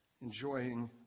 enjoying